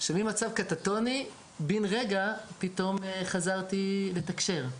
שממצב קטטוני, בן רגע פתאום חזרתי לתקשר.